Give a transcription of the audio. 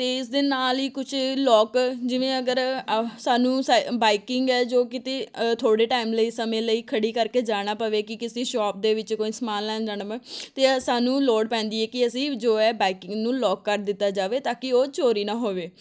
ਅਤੇ ਇਸ ਦੇ ਨਾਲ ਹੀ ਕੁਛ ਲੌਕ ਜਿਵੇਂ ਅਗਰ ਆ ਸਾਨੂੰ ਸਾ ਬਾਈਕਿੰਗ ਹੈ ਜੋ ਕਿਤੇ ਥੋੜ੍ਹੇ ਟਾਈਮ ਲਈ ਸਮੇਂ ਲਈ ਖੜ੍ਹੀ ਕਰਕੇ ਜਾਣਾ ਪਵੇ ਕਿ ਕਿਸੀ ਸ਼ੋਪ ਦੇ ਵਿੱਚ ਕੋਈ ਸਮਾਨ ਲੈਣ ਜਾਣਾ ਪਵੇ ਅਤੇ ਸਾਨੂੰ ਲੋੜ ਪੈਂਦੀ ਹੈ ਕਿ ਅਸੀਂ ਜੋ ਹੈ ਬਾਈਕਿੰਗ ਨੂੰ ਲੌਕ ਕਰ ਦਿੱਤਾ ਜਾਵੇ ਤਾਂ ਕਿ ਉਹ ਚੋਰੀ ਨਾ ਹੋਵੇ